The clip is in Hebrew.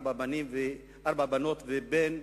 ארבע בנות ובן,